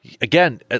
again